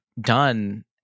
done